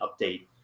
update